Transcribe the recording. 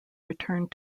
returned